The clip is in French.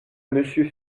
monsieur